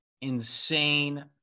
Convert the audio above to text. insane